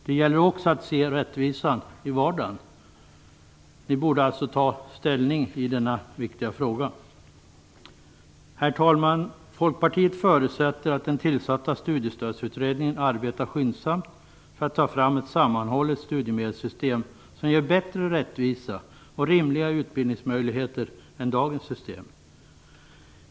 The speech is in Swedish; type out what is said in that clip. Det gäller att också se rättvisan i vardagen. Ni borde ta ställning i denna viktiga fråga. Herr talman! Folkpartiet förutsätter att den tillsatta studiestödsutredningen arbetar skyndsamt för att ta fram ett sammanhållet studiemedelssystem som ger bättre rättvisa och rimligare utbildningsmöjligheter än dagens system.